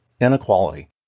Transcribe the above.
inequality